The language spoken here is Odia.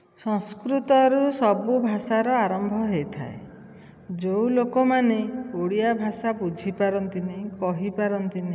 ସଂସ୍କୃତରୁ ସବୁ ଭାଷାର ଆରମ୍ଭ ହେଇଥାଏ ଯେଉଁ ଲୋକମାନେ ଓଡ଼ିଆ ଭାଷା ବୁଝିପାରନ୍ତିନି କହିପାରନ୍ତିନି